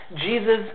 Jesus